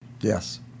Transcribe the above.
Yes